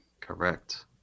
Correct